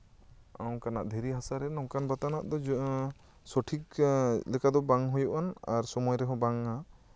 ᱚᱱᱠᱟᱱᱟᱜ ᱫᱷᱤᱨᱤ ᱦᱟᱥᱟᱨᱮ ᱚᱱᱠᱟᱱ ᱵᱟᱛᱟᱱᱚᱜ ᱫᱚ ᱥᱚᱴᱷᱤᱠ ᱞᱮᱠᱟ ᱫᱚ ᱵᱟᱝ ᱦᱩᱭᱩᱜᱼᱟ ᱟᱨ ᱥᱚᱢᱚᱭ ᱨᱮᱦᱚᱸ ᱵᱟᱝ ᱟ